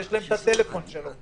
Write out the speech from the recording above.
ויש להם את הטלפון שלו,